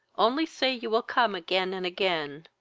only say you will come again and again.